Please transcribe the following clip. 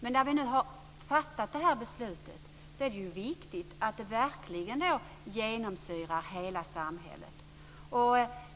Men när vi nu har fattat det här beslutet är det viktigt att det verkligen genomsyrar hela samhället.